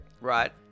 Right